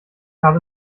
habe